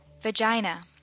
vagina